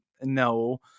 no